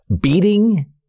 Beating